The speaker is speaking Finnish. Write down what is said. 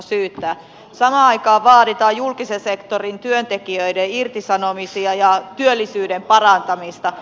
samaan aikaan vaaditaan julkisen sektorin työntekijöiden irtisanomisia ja työllisyyden parantamista